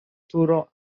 turo